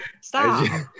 Stop